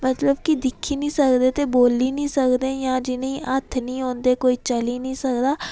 मतलब की दिक्खी निं सकदे ते बोल्ली निं सकदे जां जि'नें ईं हत्थ निं होंदे कोई चली निं सकदा ते